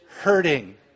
hurting